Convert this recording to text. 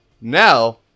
now